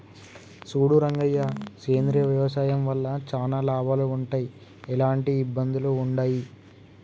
సూడు రంగయ్య సేంద్రియ వ్యవసాయం వల్ల చానా లాభాలు వుంటయ్, ఎలాంటి ఇబ్బందులూ వుండయి